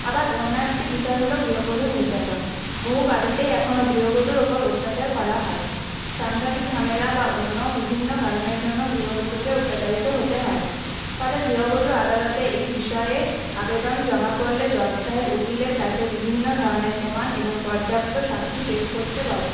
আবার অন্য একটি বিষয় হল গৃহবধূ নির্যাতন বহু বাড়িতে এখনও গৃহবধূর ওপরে অত্যাচার করা হয় সাংসারিক ঝামেলা বা অন্য বিভিন্ন কারণের জন্য গৃহবধূকে অত্যাচারিত হতে হয় ফলে গৃহবধূ আদালতে এই বিষয়ে আবেদন জমা করলে জজ সাহেব উকিলের কাছে বিভিন্ন ধরনের প্রমাণ ও পর্যাপ্ত সাক্ষী পেশ করতে বলেন